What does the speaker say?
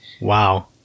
wow